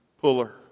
Puller